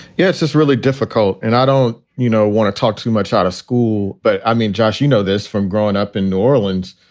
yes, it's really difficult. and i don't, you know, want to talk too much out of school. but i mean, josh, you know this from growing up in new orleans.